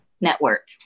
network